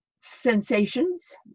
sensations